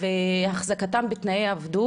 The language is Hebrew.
והחזקתם בתנאי עבדות.